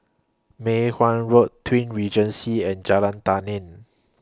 Mei Hwan Road Twin Regency and Jalan Tani